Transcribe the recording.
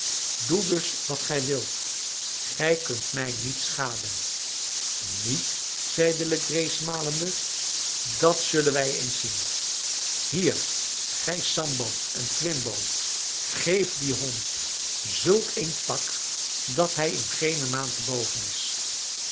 doe dus wat gij wilt gij kunt mij niet schaden niet zeide legree smalende dat zullen wij eens zien hier gij sambo en quimbo geef dien hond zulk een pak dat hij in geene maand te boven is